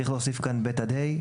צריך להוסיף כאן "(ב) עד (ה),